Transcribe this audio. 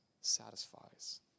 satisfies